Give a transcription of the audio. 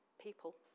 people